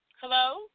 Hello